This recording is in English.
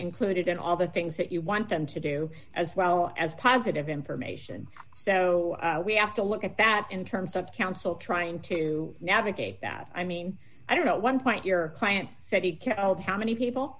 included in all the things that you want them to do as well as positive information so we have to look at that in terms of counsel trying to navigate that i mean i don't know one point your client said he can't hold how many people